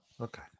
Okay